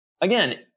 again